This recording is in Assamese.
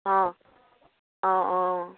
অঁ অঁ অঁ